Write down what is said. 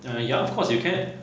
uh ya of course you can